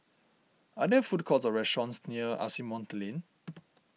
are there food courts or restaurants near Asimont Lane